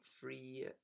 free